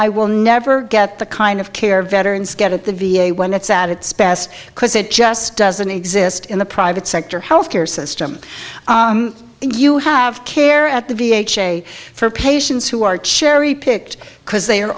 i will never get the kind of care veterans get at the v a when it's at its best because it just doesn't exist in the private sector health care system if you have care at the b h a for patients who are cherry picked because they are